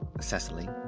Cecily